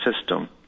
system